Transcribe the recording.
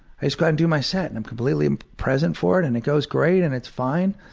i just go and do my set. and i'm completely present for it and it goes great and it's fine.